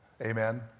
Amen